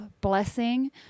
blessing